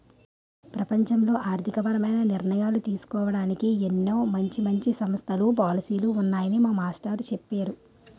ప్రపంచంలో ఆర్థికపరమైన నిర్ణయాలు తీసుకోడానికి ఎన్నో మంచి మంచి సంస్థలు, పాలసీలు ఉన్నాయని మా మాస్టారు చెప్పేరు